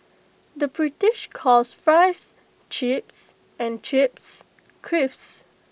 the British calls Fries Chips and Chips Crisps